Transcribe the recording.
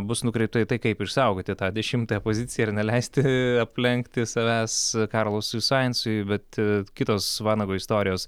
bus nukreipta į tai kaip išsaugoti tą dešimtąją poziciją ir neleisti aplenkti savęs karlosui saintsui bet kitos vanago istorijos